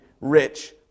rich